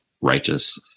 righteous